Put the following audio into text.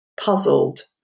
puzzled